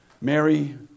Mary